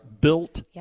built